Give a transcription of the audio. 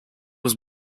was